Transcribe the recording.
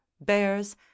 bears